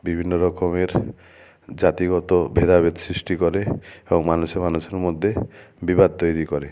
বিভিন্ন রকমের জাতিগত ভেদাভেদ সৃষ্টি করে এবং মানুষে মানুষের মধ্যে বিবাদ তৈরি করে